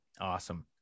Awesome